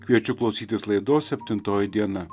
kviečiu klausytis laidos septintoji diena